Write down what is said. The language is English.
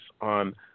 on